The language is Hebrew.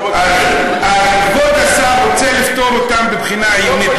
אז כבוד השר רוצה לפטור אותם מבחינה עיונית,